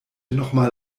nochmal